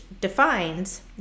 defines